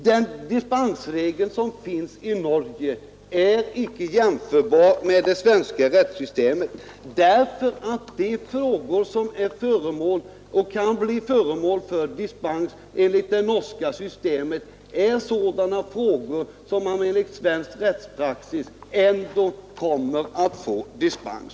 Den dispensregel som finns i Norge är inte jämförbar med vad som gäller i det svenska rättssystemet, därför att de fall som kan bli föremål för dispens enligt det norska systemet är sådana att man enligt svensk rättspraxis ändå kommer att få dispens.